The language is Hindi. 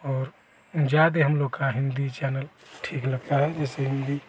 और ज़्यादा हम लोग का हिन्दी चैनल ठीक लगता है जैसे हिन्दी